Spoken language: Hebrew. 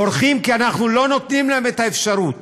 בורחים כי אנחנו לא נותנים להם את האפשרות